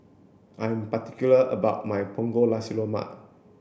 I'm particular about my Punggol Nasi Lemak